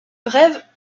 brève